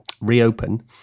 reopen